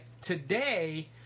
Today